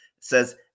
says